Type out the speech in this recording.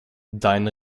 dein